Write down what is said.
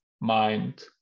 mind